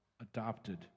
adopted